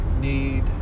need